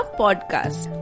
podcast